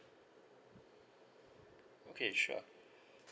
okay sure